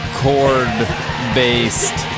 chord-based